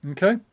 Okay